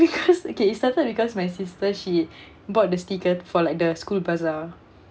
because okay it started because my sister she bought the sticker for like the school bazaar